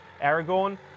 Aragorn